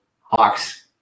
Hawks